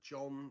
John